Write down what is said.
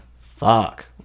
fuck